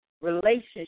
relationship